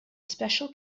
special